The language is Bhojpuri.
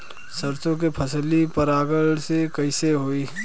सरसो के फसलिया परागण से कईसे होई?